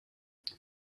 there